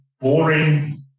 boring